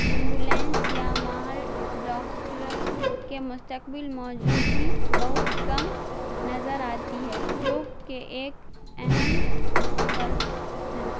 ambulance یا ماہر doctors کے مستقل موجودگی بہت کم نظر آتی ہے جو کہ ایک اہم کلپس ہیں